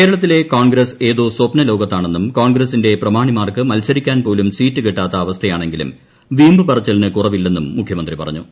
കേരളത്തിലെ കോൺഗ്രസ് ഏതോ സ്വപ്നലോകത്താണെന്നും കോൺഗ്രസിന്റെ പ്രമാണിമാർക്ക് മത്സരിക്കാൻപോലും സീറ്റു കിട്ടാത്ത അവസ്ഥയാണെങ്കിലും വീമ്പു പറച്ചിലിനു കുറവില്ലെന്നും മുഖ്യമന്ത്രി പറഞ്ഞു